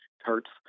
hurts